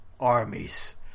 Armies